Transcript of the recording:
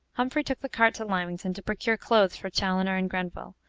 humphrey took the cart to lymington, to procure clothes for chaloner and grenville,